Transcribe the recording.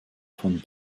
von